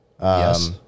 Yes